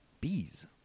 Bees